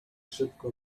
szybko